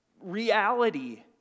reality